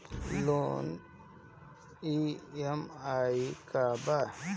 Loan EMI का बा?